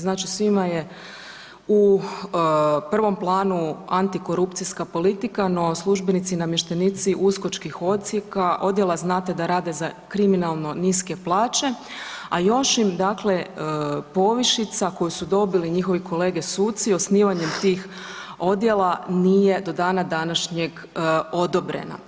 Znači svima je u prvom planu antikorupcijska politika, no službenici i namještenici uskočkih odsjeka, odjela znate da rade za kriminalno niske plaće, a još im dakle povišica koju su dobili njihovi kolege suci osnivanjem tih odjela nije do dana današnjeg odobrena.